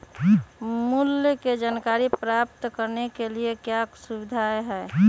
मूल्य के जानकारी प्राप्त करने के लिए क्या क्या सुविधाएं है?